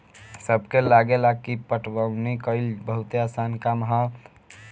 सबके लागेला की पटवनी कइल बहुते आसान काम ह